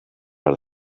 are